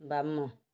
ବାମ